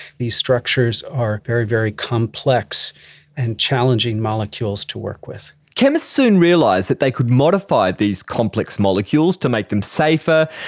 these structures are very, very complex and challenging molecules to work with. chemists soon realised that they could modify these complex molecules to make them safer,